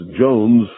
Jones